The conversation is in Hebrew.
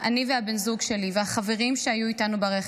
אני והבן זוג שלי והחברים שהיו איתנו ברכב,